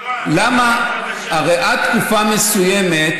הרי עד תקופה מסוימת